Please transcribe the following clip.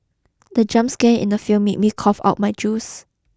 the jump scare in the film made me cough out my juice